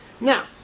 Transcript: Now